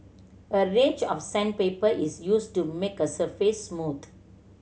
a range of sandpaper is used to make the surface smooth